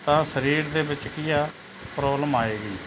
ਤਾਂ ਸਰੀਰ ਦੇ ਵਿੱਚ ਕੀ ਆ ਪ੍ਰੋਬਲਮ ਆਵੇਗੀ